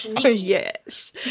Yes